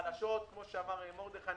החלשות כפי שאמר מרדכי כהן,